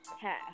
care